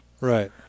Right